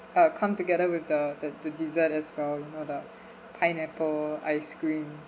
uh come together with the the the dessert as well you know the pineapple ice cream